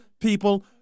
people